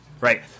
right